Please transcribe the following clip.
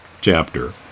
chapter